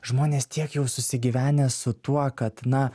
žmonės tiek jau susigyvenę su tuo kad na